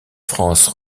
france